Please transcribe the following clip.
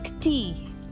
tea